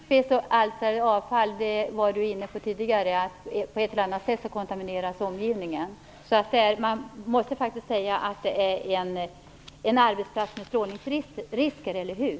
Fru talman! Naturligtvis alstras det avfall. Alf Eriksson var inne på det tidigare. På ett eller annat sätt kontamineras omgivningen. Man måste faktiskt säga att det kommer att bli en arbetsplats med strålningsrisker, eller hur?